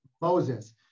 Moses